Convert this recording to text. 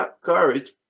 courage